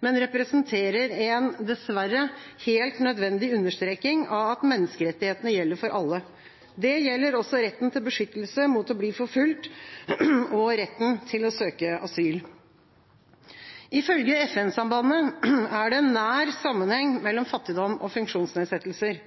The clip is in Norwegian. men representerer en – dessverre – helt nødvendig understreking av at menneskerettighetene gjelder for alle. Det gjelder også retten til beskyttelse mot å bli forfulgt og retten til å søke asyl. Ifølge FN-sambandet er det en nær sammenheng mellom fattigdom og funksjonsnedsettelser.